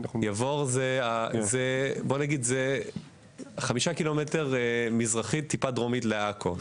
יבור נמצא 5 ק"מ מזרחית דרומית לעכו.